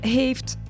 heeft